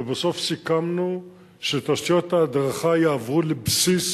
ובסוף סיכמנו שתשתיות ההדרכה יעברו לבסיס